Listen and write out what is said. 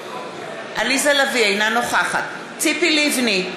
אינה נוכחת ציפי לבני,